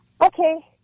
Okay